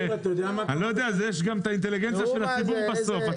יש גם את האינטליגנציה של הציבור בסוף.